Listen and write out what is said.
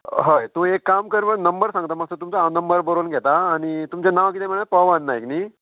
हय तूं एक काम कर नंबर सांगता मात्सो तुमचो हांव नंबर बरोवन घेता आनी तुमचें नांव कितें म्हळें पवन नायक न्ही